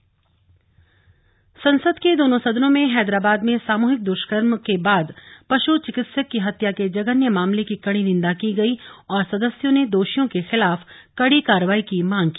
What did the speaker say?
संसद में निंदा संसद के दोनों सदनों में हैदराबाद में सामूहिक द्ष्कर्म के बाद पश् चिकित्सक की हत्या के जघन्य मामले की कड़ी निन्दा की गई और सदस्यों ने दोषियों के खिलाफ कड़ी कार्रवाई की मांग की